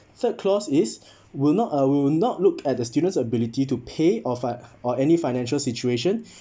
third clause is we'll not uh we will not look at the student's ability to pay off uh or any financial situation